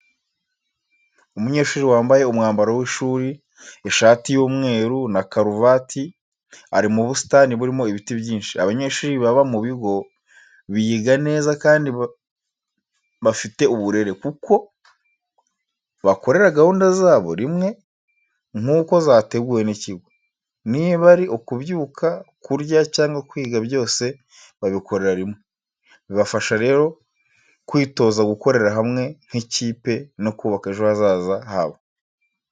Umunyeshuri wambaye umwambaro w’ishuri, ishati y’umweru na karuvati, ari mu busitani burimo ibiti byinshi. Abanyeshuri baba mu bigo biga neza kandi bafite uburere, kuko bakorera gahunda zabo rimwe nkuko zateguwe n'ikigo, niba ari ukubyuka, kurya cyangwa kwiga byose babikorera rimwe. Bibafasha rero kwitoza gukorera hamwe nk'ikipe no kubaka ejo hazaza habo.